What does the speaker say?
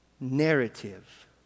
narrative